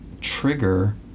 trigger